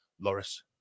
Loris